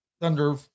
Thunder